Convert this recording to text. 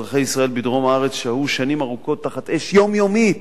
אזרחי ישראל בדרום הארץ שהו שנים ארוכות תחת אש יומיומית.